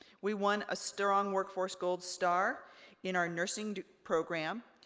we won a strong workforce gold star in our nursing program.